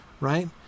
right